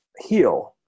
heal